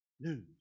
news